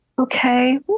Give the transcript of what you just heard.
Okay